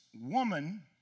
woman